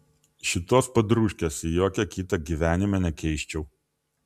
šitos padrūškės į jokią kitą gyvenime nekeisčiau